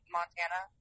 Montana